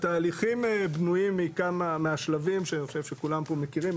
התהליכים בנויים מהשלבים שאני חושב שכולם פה מכירים,